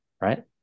right